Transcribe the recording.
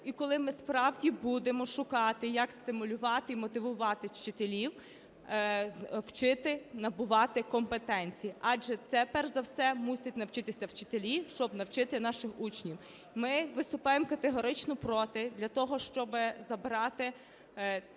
І коли ми справді будемо шукати, як стимулювати і мотивувати вчителів вчити, набувати компетенції? Адже це перш за все мусять навчитися вчителі, щоб навчити наших учнів. Ми виступаємо категорично проти для того, щоб забрати і